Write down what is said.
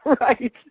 Right